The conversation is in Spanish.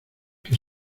que